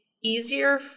easier